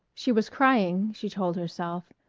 she was crying, she told herself,